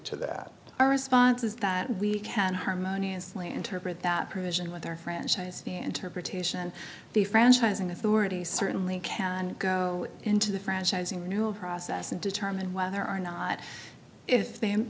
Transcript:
to that our response is that we can harmoniously interpret that provision with their franchise interpretation the franchising authority certainly can go into the franchising new process and determine whether or not if they